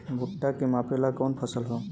भूट्टा के मापे ला कवन फसल ह?